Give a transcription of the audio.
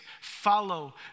follow